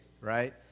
right